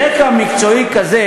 רקע מקצועי כזה